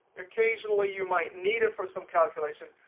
occasionally, you might need it for some calculations.